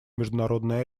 международной